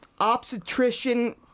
obstetrician